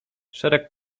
szereg